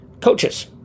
Coaches